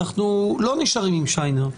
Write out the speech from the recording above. אנחנו לא נשארים עם שיינר.